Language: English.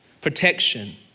Protection